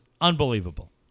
unbelievable